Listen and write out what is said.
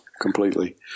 completely